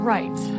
Right